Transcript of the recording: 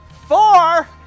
four